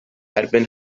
erbyn